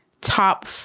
top